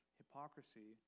hypocrisy